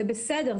זה בסדר,